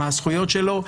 מה הזכויות שלו.